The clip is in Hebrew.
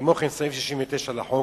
כמו כן, סעיף 69 לחוק